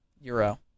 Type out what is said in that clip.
Euro